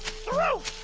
throw